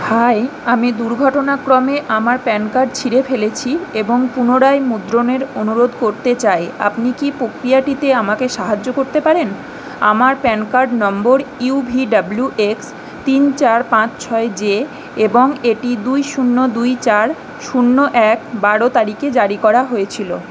high আমি দুর্ঘটনাক্রমে আমার প্যান কার্ড ছিঁড়ে ফেলেছি এবং পুনরায় মুদ্রণের অনুরোধ করতে চাই আপনি কি প্রক্রিয়াটাতে আমাকে সাহায্য করতে পারেন আমার প্যান কার্ড নম্বর ইউ ভি ডব্লিউ এক্স তিন চার পাঁচ ছয় জে এবং এটি দুই শূন্য দুই চার শূন্য এক বারো তারিখে জারি করা হয়েছিল